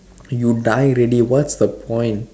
you die already what's the point